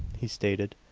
he stated.